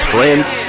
Prince